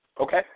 Okay